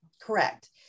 Correct